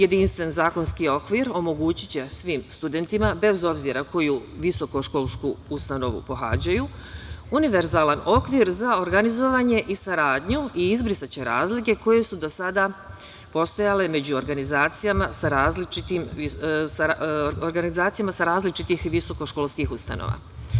Jedinstven zakonski okvir omogući će svim studentima, bez obzira koju visoko školsku pohađaju, univerzalni okvir za organizovanje i saradnju i izbrisaće razlike koje su do sada postojale među organizacijama sa različitih visoko školskih ustanova.